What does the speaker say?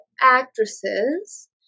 actresses